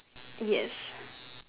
yes